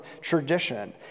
tradition